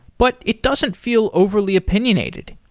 but it doesn't feel overly opinionated.